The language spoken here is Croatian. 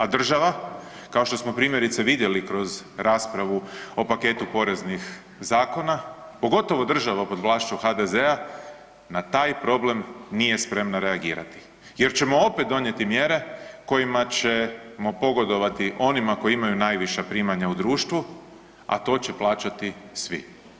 A država kao što smo primjerice vidjeli kroz raspravu o paketu poreznih zakona, pogotovo država pod vlašću HDZ-a na taj problem nije spremna reagirati jer ćemo opet donijeti mjere kojima će pogodovati onima koji imaju najviša primanja u društvu, a to će plaćati svi.